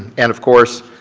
and of course,